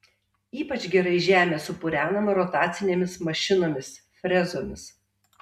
ypač gerai žemė supurenama rotacinėmis mašinomis frezomis